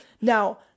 Now